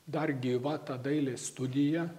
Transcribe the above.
dar gyva ta dailės studija